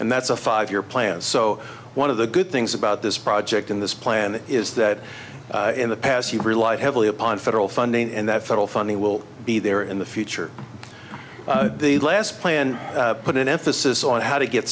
and that's a five year plan so one of the good things about this project in this plan is that in the past you rely heavily upon federal funding and that federal funding will be there in the future the last plan put an emphasis on how to get